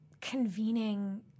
convening